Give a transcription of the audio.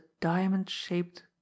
diamond-shaped